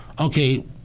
Okay